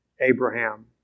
Abraham